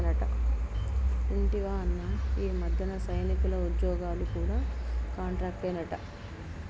ఇంటివా అన్నా, ఈ మధ్యన సైనికుల ఉజ్జోగాలు కూడా కాంట్రాక్టేనట